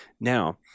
Now